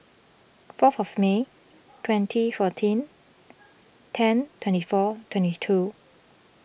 for fourth May twenty fourteen ten twenty four twenty two